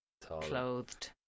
clothed